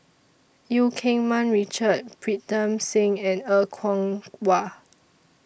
EU Keng Mun Richard Pritam Singh and Er Kwong Wah